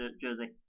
jersey